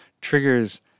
triggers